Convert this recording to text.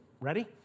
ready